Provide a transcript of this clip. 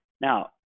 Now